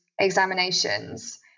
examinations